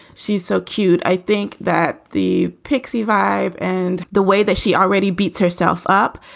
she's so cute. i think that the pixie vibe and the way that she already beats herself up,